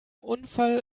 unfall